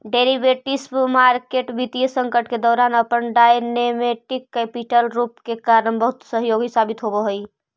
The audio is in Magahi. डेरिवेटिव्स मार्केट वित्तीय संकट के दौरान अपन डायनेमिक कैपिटल रूप के कारण बहुत सहयोगी साबित होवऽ हइ